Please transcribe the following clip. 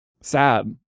Sad